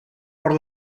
per